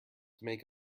make